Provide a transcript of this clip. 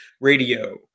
Radio